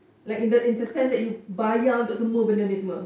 like in the in the sense that you bayar untuk semua bende ni semua